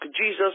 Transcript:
Jesus